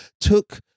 took